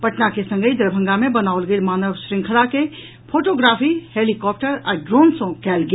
पटना के संगहि दरभंगा मे बनाओल गेल मानव श्रृंखला के फोटोग्राफी हेलिकॉप्टर आ ड्रोन सँ कयल गेल